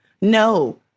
no